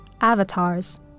avatars